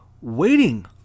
waiting